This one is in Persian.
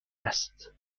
است